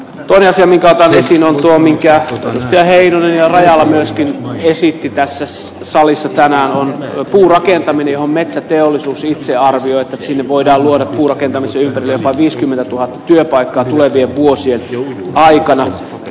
toinen asia mitä se sinua minkkiä ja heillä on myöskin esittivät tässä salissa tänään on puurakentaminen on metsäteollisuus itse on sijoituksiin voida luoda uusrakentamiseen rahaa viisikymmentätuhatta työpaikkaa tulevien vuosien aikana